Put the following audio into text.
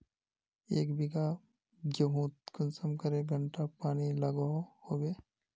एक बिगहा गेँहूत कुंसम करे घंटा पानी लागोहो होबे?